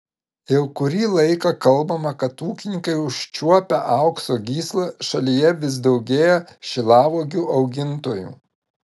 jau kurį laiką kalbama kad ūkininkai užčiuopę aukso gyslą šalyje vis daugėja šilauogių augintojų